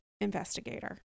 investigator